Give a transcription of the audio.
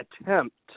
attempt